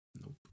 Nope